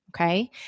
Okay